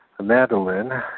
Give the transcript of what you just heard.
Madeline